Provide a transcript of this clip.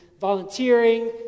volunteering